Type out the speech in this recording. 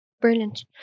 brilliant